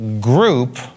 group